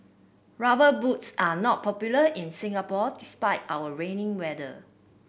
rubber boots are not popular in Singapore despite our rainy weather